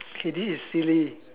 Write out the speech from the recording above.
K this is silly